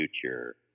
future